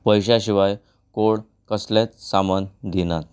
पयश्यां शिवाय कोण कसलेंच सामान दिनां